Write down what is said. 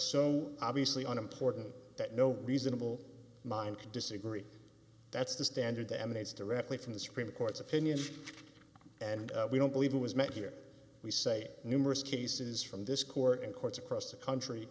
so obviously unimportant that no reasonable man can disagree that's the standard that emanates directly from the supreme court's opinion and we don't believe it was made here we say numerous cases from this court in courts across the country